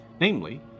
namely